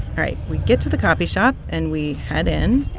right. we get to the copy shop, and we head in.